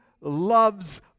loves